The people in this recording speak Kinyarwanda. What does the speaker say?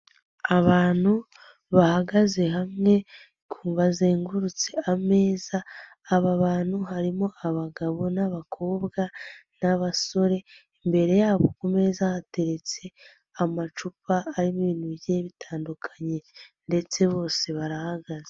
Abantu bahagaze hamwe bazengurutse ameza, aba bantu harimo abagabo n'abakobwa n'abasore, imbere yabo ku meza hateretse amacupa arimo ibintu bigiye bitandukanye ndetse bose barahagaze.